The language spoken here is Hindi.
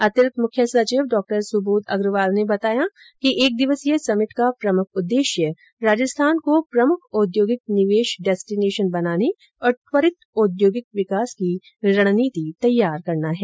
अतिरिक्त मुख्य सचिव डॉ सुबोध अग्रवाल ने बताया कि एक दिवसीय समिट का प्रमुख उद्देश्य राजस्थान को प्रमुख औद्योगिक निवेश डेस्टिनेशन बनाने और त्वरित औद्योगिक विकास की रणनीति तैयार करना है